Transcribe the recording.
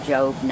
Job